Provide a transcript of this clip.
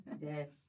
Yes